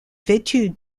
vêtu